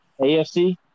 AFC